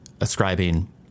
ascribing